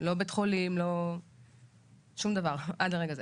לא בית חולים שום דבר עד לרגע זה.